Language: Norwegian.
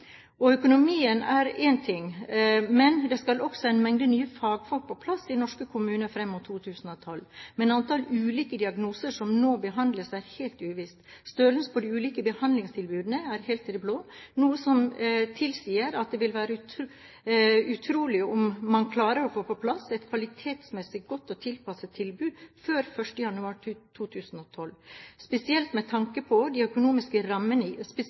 kommunene. Økonomien er en ting, men det skal også en mengde nye fagfolk på plass i norske kommuner fram mot 2012. Men antall ulike diagnoser som må behandles, er helt uvisst. Størrelsen på de ulike behandlingstilbudene er helt i det blå, noe som tilsier at det vil være utrolig om man klarer å få på plass et kvalitetsmessig godt og tilpasset tilbud før 1. januar 2012 – spesielt med tanke på at de økonomiske rammene ikke er på plass før i